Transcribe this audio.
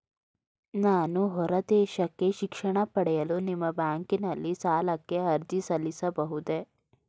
ನಾನು ಹೊರದೇಶಕ್ಕೆ ಶಿಕ್ಷಣ ಪಡೆಯಲು ನಿಮ್ಮ ಬ್ಯಾಂಕಿನಲ್ಲಿ ಸಾಲಕ್ಕೆ ಅರ್ಜಿ ಸಲ್ಲಿಸಬಹುದೇ?